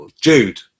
Jude